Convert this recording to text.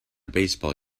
baseball